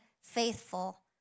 faithful